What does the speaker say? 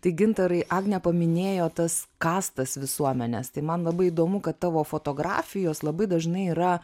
tai gintarai agnė paminėjo tas kastas visuomenės tai man labai įdomu kad tavo fotografijos labai dažnai yra